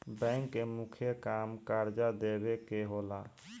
bank के मुख्य काम कर्जा देवे के होला